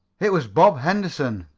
it was bob henderson,